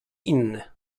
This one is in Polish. inny